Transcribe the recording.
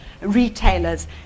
retailers